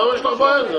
למה יש לך בעיה עם זה.